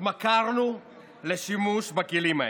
התמכרנו לשימוש בכלים האלה.